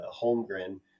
Holmgren